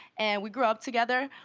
and we grew up together,